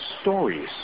stories